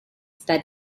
that